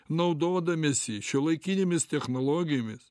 naudodamiesi šiuolaikinėmis technologijomis